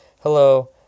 hello